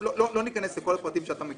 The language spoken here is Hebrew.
לא ניכנס לכל הפרטים שאתה מכיר.